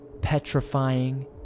petrifying